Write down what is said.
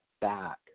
back